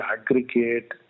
aggregate